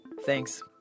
Thanks